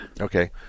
Okay